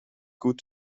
gut